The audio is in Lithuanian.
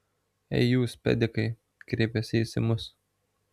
ei jūs pedikai kreipėsi jis į mus